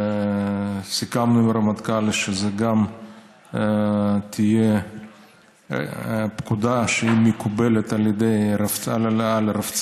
סיכמנו עם הרמטכ"ל שזאת גם תהיה פקודה שמקובלת על ידי הרבצ"ר,